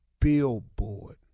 billboard